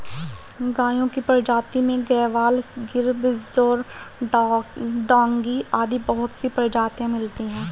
गायों की प्रजाति में गयवाल, गिर, बिच्चौर, डांगी आदि बहुत सी प्रजातियां मिलती है